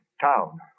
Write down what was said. town